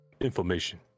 information